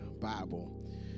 Bible